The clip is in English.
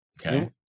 Okay